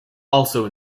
also